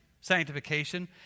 sanctification